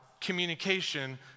communication